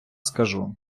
скажу